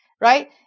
right